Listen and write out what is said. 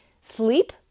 Sleep